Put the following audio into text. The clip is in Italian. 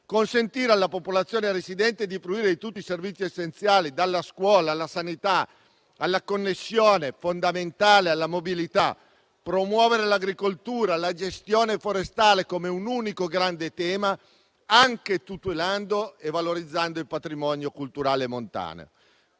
consentire alla popolazione residente di fruire di tutti i servizi essenziali, dalla scuola alla sanità, alla connessione, fondamentale, e alla mobilità, nonché promuovere l'agricoltura e la gestione forestale come un unico grande tema, anche tutelando e valorizzando il patrimonio culturale montano.